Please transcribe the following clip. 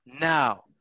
now